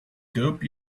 dope